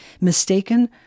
mistaken